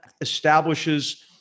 establishes